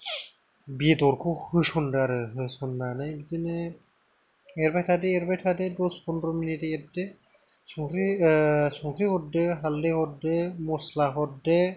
बेदरखौ होसन्दो आरो होसननानै बिदिनो एरबाय थादो एरबाय थादो दस पन्द्र मिनिट एरदो संख्रि ओ संख्रि हरदो हालदै हरदो मस्ला हरदो